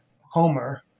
Homer